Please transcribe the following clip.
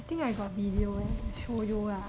I think I got video leh show you ah